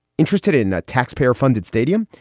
interested in a taxpayer funded stadium,